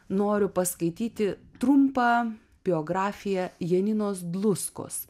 noriu paskaityti trumpą biografiją janinos bluskos